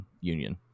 Union